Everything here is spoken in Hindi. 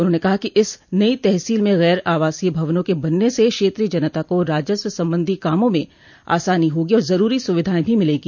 उन्होंने कहा कि इस नई तहसील में गर आवासीय भवनों के बनने से क्षेत्रीय जनता को राजस्व संबंधी कामों में आसानी होगी और जरूरी सुविधाएं भी मिलेंगी